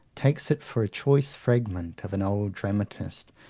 takes it for a choice fragment of an old dramatist,